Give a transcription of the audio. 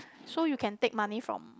so you can take money from